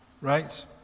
right